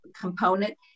component